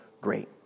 great